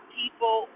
people